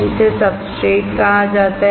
इसे सब्सट्रेट कहा जाता है